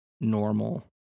normal